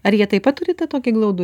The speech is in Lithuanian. ar jie taip pat turi tą tokį glaudų